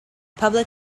public